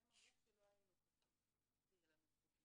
זה הם אמרו כשלא היינו --- זכות דיבור.